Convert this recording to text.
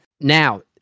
Now